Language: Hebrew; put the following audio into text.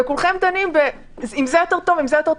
וכולכם דנים מה טוב יותר.